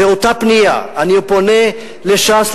ובאותה פנייה אני פונה לש"ס,